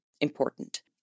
important